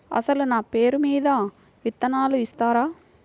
అసలు నా పేరు మీద విత్తనాలు ఇస్తారా?